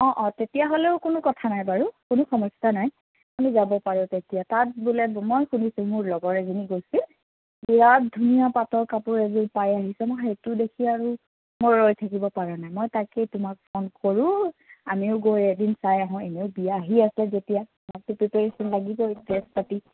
অ অ তেতিয়াহ'লেও কোনো কথা নাই বাৰু কোনো সমস্যা নাই আমি যাব পাৰোঁ তেতিয়া তাত বোলে মই শুনিছোঁ মোৰ লগৰ এজনী গৈছিল বিৰাট ধুনীয়া পাতৰ কাপোৰ এযোৰ চাই আহিছে মই সেইটো দেখি আৰু মই ৰৈ থাকিব পৰা নাই মই তাকেই তোমাক ফোন কৰোঁ আমিও গৈ এদিন চাই আহোঁ এনেও বিয়া আহি আছে যেতিয়া ড্ৰেছ পাতি